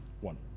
one